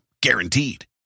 Guaranteed